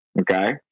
Okay